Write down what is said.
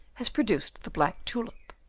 has produced the black tulip,